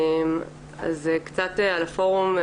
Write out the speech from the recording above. קצת על הפורום,